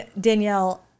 Danielle